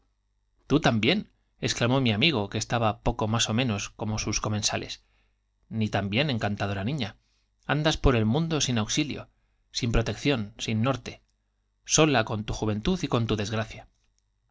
tú también exclamó mi amig o que estaba ó comensales tú poco más menos como sus también encantadora niña andas por el mundo sin auxilio sin protección sin norte sola con tu juventud y con tu desgracia